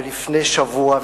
ולפני שבוע,